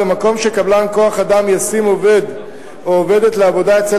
במקום שקבלן כוח-אדם ישים עובד או עובדת לעבודה אצל